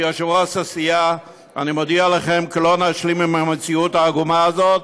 כיושב-ראש הסיעה אני מודיע לכם כי לא נשלים עם המציאות העגומה הזאת,